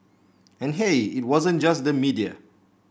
and hey it wasn't just the media